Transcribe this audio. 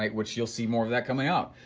like which you'll see more of that coming out,